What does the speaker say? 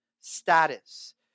status